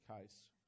case